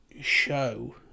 show